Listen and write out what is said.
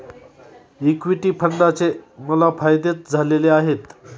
equity फंडाचे मला फायदेच झालेले आहेत